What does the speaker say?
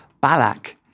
Balak